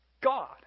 God